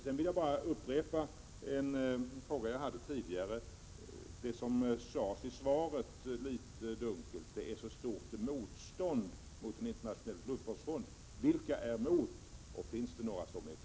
Jag vill också upprepa en fråga som jag ställde tidigare: Det sades i svaret litet dunkelt att vi möter så stort motstånd mot en internationell luftvårdsfond. Vilka är emot, och finns det några som är för?